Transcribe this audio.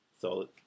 Solid